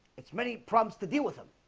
it's many prompts to deal with them